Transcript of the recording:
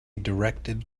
directed